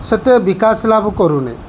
ସେତେ ବିକାଶ ଲାଭ କରୁନି